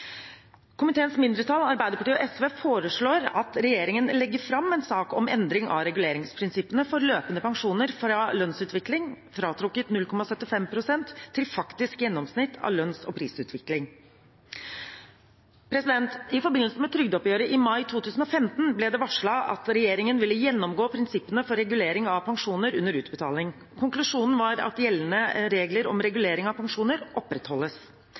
Komiteens mindretall, Arbeiderpartiet og SV, foreslår at regjeringen legger fram en sak om endring av reguleringsprinsippene for løpende pensjoner fra lønnsutvikling fratrukket 0,75 pst. til faktisk gjennomsnitt av lønns- og prisutvikling. I forbindelse med trygdeoppgjøret i mai 2015 ble det varslet at regjeringen ville gjennomgå prinsippene for regulering av pensjoner under utbetaling. Konklusjonen var at gjeldende regler om regulering av pensjoner opprettholdes.